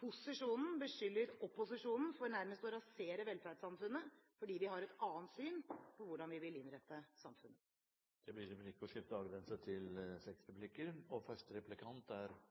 posisjonen beskylder opposisjonen for nærmest å rasere velferdssamfunnet fordi vi har et annet syn på hvordan vi vil innrette samfunnet. Det blir replikkordskifte.